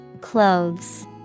Clothes